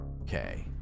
Okay